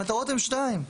המטרות הן שתיים.